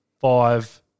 Five